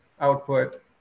output